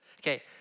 Okay